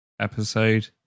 episode